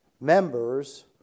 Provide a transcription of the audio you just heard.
members